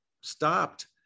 stopped